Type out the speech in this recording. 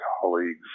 colleagues